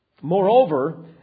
Moreover